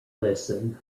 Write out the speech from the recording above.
listen